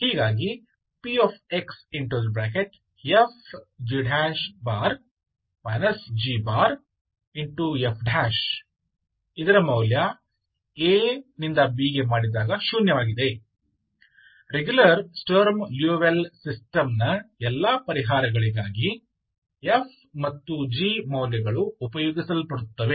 ಹೀಗಾಗಿ px f g g fb | a 0 regular Sturm Liouville ಸಿಸ್ಟಂನ ಎಲ್ಲಾ ಪರಿಹಾರಗಳಿಗಾಗಿ f g ಮೌಲ್ಯಗಳು ಉಪಯೋಗಿಸಲ್ಪಡುತ್ತವೆ